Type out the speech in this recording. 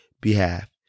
behalf